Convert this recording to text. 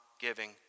giving